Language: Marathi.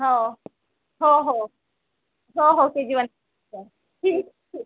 हो हो हो हो हो के जी वन ठीक ठीक